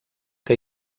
que